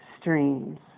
streams